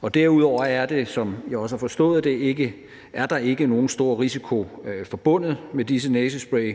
har forstået det, ikke nogen stor risiko forbundet med disse næsespray,